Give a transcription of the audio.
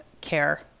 care